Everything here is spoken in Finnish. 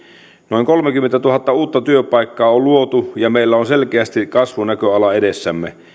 noin kolmekymmentätuhatta uutta työpaikkaa on luotu ja meillä on selkeästi kasvunäköala edessämme